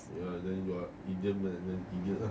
ya and then you are idiom eh idiot ah